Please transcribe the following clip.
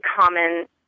common